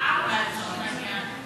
אדוני היושב-ראש, השעה 16:00, לצורך העניין.